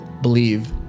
believe